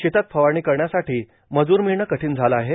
शेतात फवारणी करण्यासाठी मजूर मिळणं कठीण झालं आहे